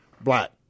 black